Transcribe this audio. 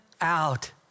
out